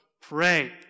Pray